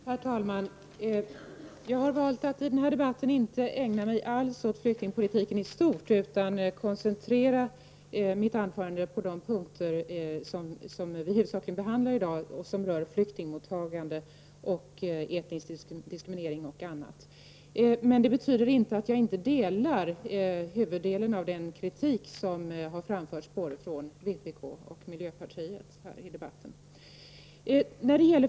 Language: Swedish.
Herr talman! Jag har valt att i denna debatt inte ägna mig åt flyktingpolitiken i stort utan koncentrera mitt anförande till de punkter som huvudsakligen behandlas i dag och som rör flyktingmottagande, etnisk diskriminering osv. Men det betyder inte att jag inte delar huvuddelen av den kritik som har framförts från både vpk och miljöpartiet i debatten.